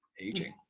aging